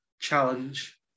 challenge